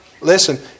Listen